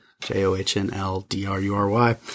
J-O-H-N-L-D-R-U-R-Y